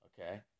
Okay